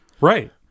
Right